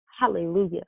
Hallelujah